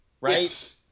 right